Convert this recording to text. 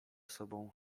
sobą